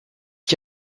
qui